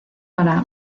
para